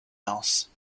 else